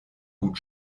gut